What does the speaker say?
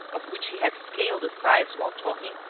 of which he had scaled the sides while talking,